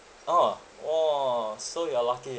orh !wah! so you are lucky